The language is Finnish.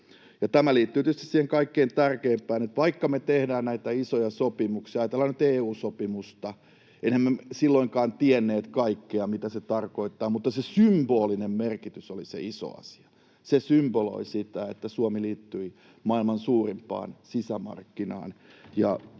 Tämä liittyy tietysti siihen kaikkein tärkeimpään. Vaikka me tehdään näitä isoja sopimuksia... Ajatellaan nyt EU-sopimusta, emmehän me silloinkaan tienneet kaikkea, mitä se tarkoittaa, mutta se symbolinen merkitys oli se iso asia. Se symboloi sitä, että Suomi liittyi maailman suurimpaan sisämarkkinaan